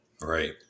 right